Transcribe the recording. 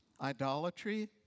Idolatry